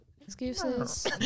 Excuses